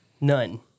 None